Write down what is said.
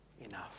enough